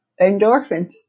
endorphin